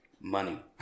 money